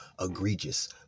egregious